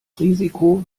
risiko